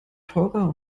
teurer